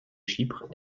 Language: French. chypre